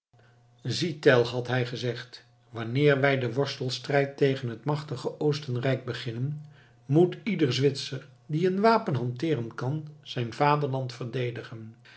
zie tell had hij gezegd wanneer wij den worstelstrijd tegen het machtige oostenrijk beginnen moet ieder zwitser die een wapen hanteeren kan zijn vaderland verdedigen